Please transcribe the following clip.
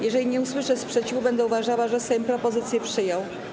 Jeżeli nie usłyszę sprzeciwu, będę uważała, że Sejm propozycję przyjął.